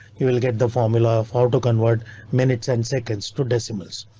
you will get the formula of how to convert minutes and seconds to decimals.